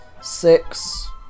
six